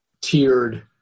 tiered